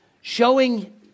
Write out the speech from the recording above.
Showing